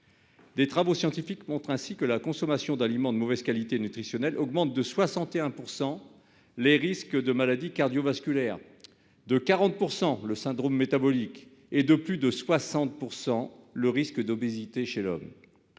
Des travaux scientifiques montrent ainsi que la consommation d'aliments de mauvaise qualité nutritionnelle augmente de 61 % les risques de maladies cardiovasculaires, de 40 % le syndrome métabolique et de plus de 60 % le risque d'obésité chez l'homme.